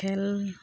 খেল